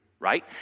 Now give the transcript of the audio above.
right